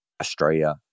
Australia